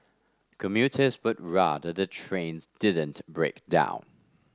commuters would rather the trains didn't break down